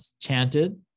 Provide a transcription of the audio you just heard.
chanted